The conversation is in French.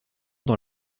dans